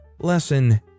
Lesson